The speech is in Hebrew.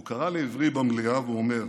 הוא קרא לעברי במליאה והוא אומר: